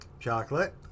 Chocolate